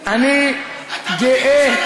שאני עוד